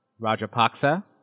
Rajapaksa